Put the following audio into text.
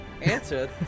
answer